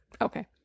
Okay